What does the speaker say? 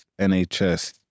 NHS